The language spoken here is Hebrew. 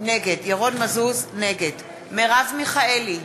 נגד מרב מיכאלי,